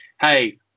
hey